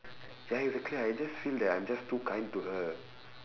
ya exactly I just feel that I'm just too kind to her